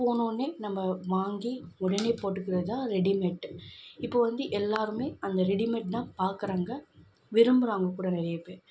போனவோடனே நம்ம வாங்கி உடனே போட்டுக்குறது தான் ரெடிமேட் இப்போது வந்து எல்லோருமே அந்த ரெடிமேட் தான் பார்க்குறாங்க விரும்புகிறாங்க கூட நிறைய பேர்